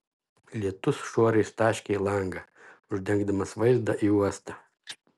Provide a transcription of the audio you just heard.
lietus šuorais taškė į langą uždengdamas vaizdą į uostą